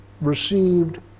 received